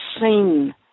seen